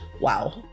wow